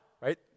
right